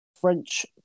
French